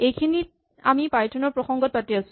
এইখিনি আমি পাইথন ৰ প্ৰসংগত পাতি আছো